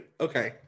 okay